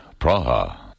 Praha